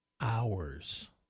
hours